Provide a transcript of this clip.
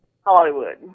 Hollywood